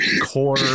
core